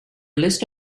list